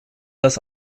das